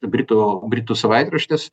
britų britų savaitraštis